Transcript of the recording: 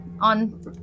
on